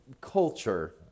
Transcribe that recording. culture